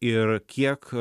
ir kiek